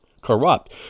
corrupt